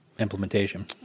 implementation